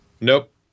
Nope